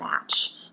match